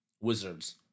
Wizards